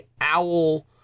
owl